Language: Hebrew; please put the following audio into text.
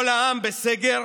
כל העם בסגר,